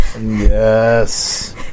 Yes